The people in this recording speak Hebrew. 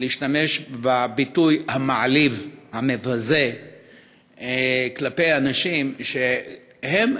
להשתמש בביטוי המעליב, המבזה כלפי אנשים שהם,